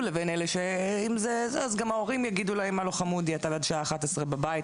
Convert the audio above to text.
לבין אלה שההורים מחזירים אותם בשעה אחת עשרה מהעבודה?